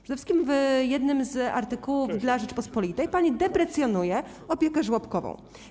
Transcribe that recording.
Przede wszystkim w jednym z artykułów dla „Rzeczpospolitej” pani deprecjonuje opiekę żłobkową.